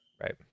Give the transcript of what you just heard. right